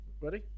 Ready